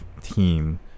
team